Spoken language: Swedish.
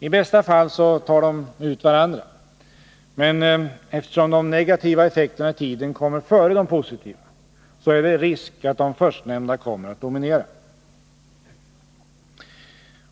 I bästa fall tar de ut varandra. Men eftersom de negativa effekterna i tiden kommer före de positiva, är det risk att de förstnämnda kommer att dominera.